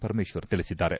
ಪರಮೇಶ್ವರ್ ತಿಳಿಸಿದ್ದಾರೆ